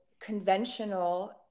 conventional